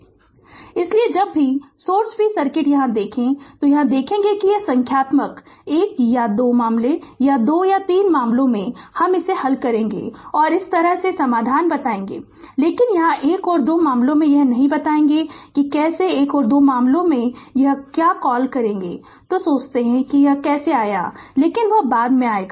Refer Slide Time 0331 इसलिए जब भी सोर्स फ्री सर्किट यहां देखें तो देखेंगे कि यह संख्यात्मक 1 या 2 मामलों या 2 3 मामलों में हम इसे हल करेगे और इस तरह से समाधान बतायेगे लेकिन यहां 1 और 2 मामले में यह नहीं बतायेगे कि कैसे 1 और 2 मामले में हम क्या कॉल करेगे तो सोचते है कि यह कैसे आया है लेकिन वह बाद में आएगा